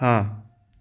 हाँ